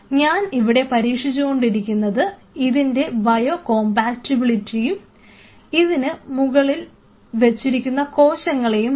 ഞാൻ ഇവിടെ പരീക്ഷിച്ചുകൊണ്ടിരിക്കുന്നത് ഇതിൻറെ ബയോകോംപാക്റ്റിബിലിറ്റിയും ഇതിന് മുകളിൽ വച്ചിരിക്കുന്ന കോശങ്ങളെയുമാണ്